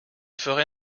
ferai